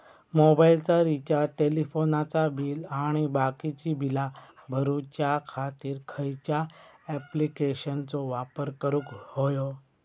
मोबाईलाचा रिचार्ज टेलिफोनाचा बिल आणि बाकीची बिला भरूच्या खातीर खयच्या ॲप्लिकेशनाचो वापर करूक होयो?